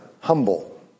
humble